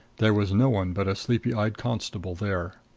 there was no one but a sleepy-eyed constable there.